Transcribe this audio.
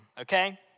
okay